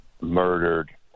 murdered